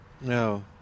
No